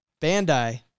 Bandai